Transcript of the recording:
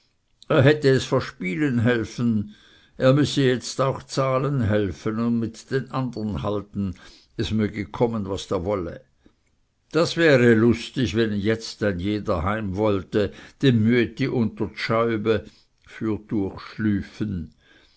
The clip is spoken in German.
hätte es verspielen helfen er müsse jetzt auch zahlen helfen und mit den andern halten es möge kommen was da wolle das wäre lustig wenn jetzt ein jeder heim wollte dem müetti